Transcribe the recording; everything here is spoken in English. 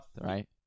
right